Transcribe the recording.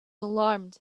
alarmed